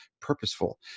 purposeful